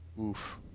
Oof